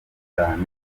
cyane